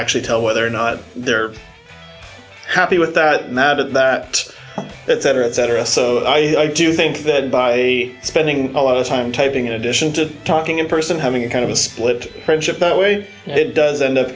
actually tell whether or not they're happy with that now that that that cetera et cetera so i do think that by spending a lot of time typing in addition to talking in person having a kind of split friendship that way it does end up